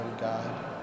God